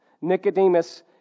Nicodemus